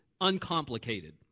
uncomplicated